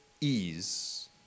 ease